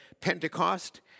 Pentecost